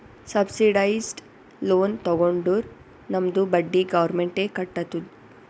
subsidised loan ತಗೊಂಡುರ್ ನಮ್ದು ಬಡ್ಡಿ ಗೌರ್ಮೆಂಟ್ ಎ ಕಟ್ಟತ್ತುದ್